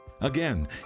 Again